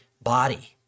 body